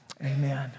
Amen